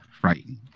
frightened